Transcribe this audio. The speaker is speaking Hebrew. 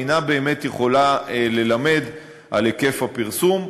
ואינה באמת יכולה ללמד על היקף הפרסום.